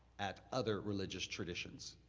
at other religious traditions.